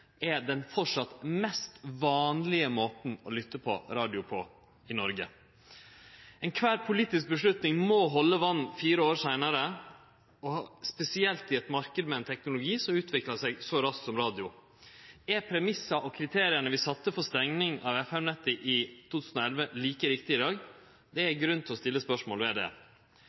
er den mest vanlege måten å lytte på radio på i Noreg. Kvar politisk avgjerd må halde vatn fire år seinare, og spesielt når det gjeld ein marknad med ein teknologi som utviklar seg så raskt som radio. Er premissane og kriteria vi sette for stenging av FM-nettet i 2011, like riktige i dag? Det er grunn til å stille spørsmål om det. Det vi veit, er